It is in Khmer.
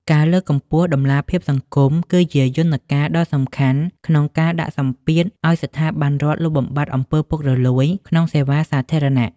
ការលើកកម្ពស់ "តម្លាភាពសង្គម" គឺជាយន្តការដ៏សំខាន់ក្នុងការដាក់សម្ពាធឱ្យស្ថាប័នរដ្ឋលុបបំបាត់អំពើពុករលួយ ក្នុងសេវាសាធារណៈ។